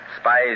Spies